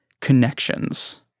connections